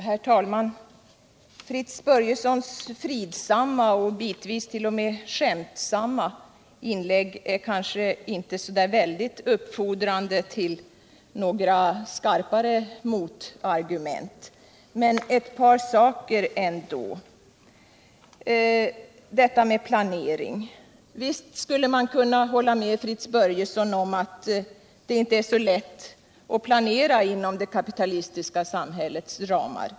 Herr talman! Fritz Börjessons fridsamma och bitvis t.o.m. skämtsamma inlägg kanske inte uppfordrar till några skarpare motargument, men ett par saker vill jag ändå säga. Visst kan man hålla med Fritz Börjesson om att det inte är så lätt att planera inom det kapitalistiska samhällets ramar.